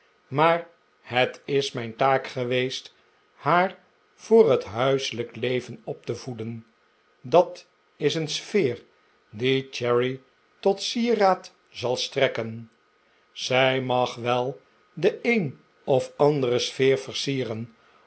maar het is mijn taak geweest haar voor het huiselijk leven op te voeden dat is een sfeer die cherry tot sieraad zal strekken zij mag wel de een of andere sfeer versieren